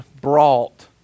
brought